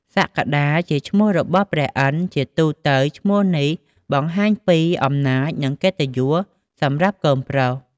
សក្កដា:ជាឈ្មោះរបស់ព្រះឥន្ទ្រ ជាទូទៅ ឈ្មោះនេះបង្ហាញពី អំណាច និងកិត្តិយសសម្រាប់កូនប្រុស។